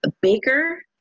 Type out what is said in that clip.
baker